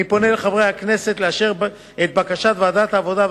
אני פונה אל חברי הכנסת לאשר את בקשת ועדת העבודה,